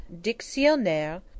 Dictionnaire